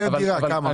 פר דירה, כמה?